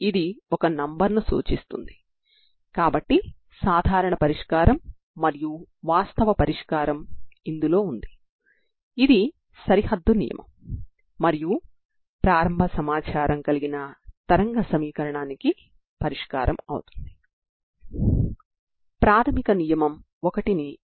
ఇక్కడ x విలువలు వాస్తవ రేఖ మొత్తం గా మరియు t విలువలు 0 కంటే ఎక్కువగా తీసుకోబడ్డాయి